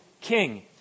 King